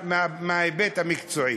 מההיבט המקצועי.